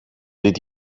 did